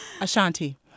Ashanti